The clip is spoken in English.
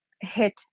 hit